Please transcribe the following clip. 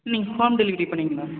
ம் நீங்கள் home delivery பண்ணிவிடுங்க